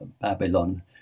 Babylon